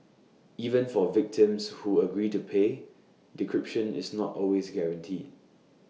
even for victims who agree to pay decryption is not always guaranteed